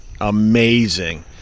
amazing